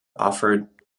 offered